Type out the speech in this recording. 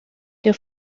que